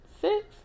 six